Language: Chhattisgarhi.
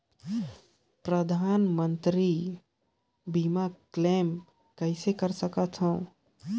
परधानमंतरी मंतरी बीमा क्लेम कइसे कर सकथव?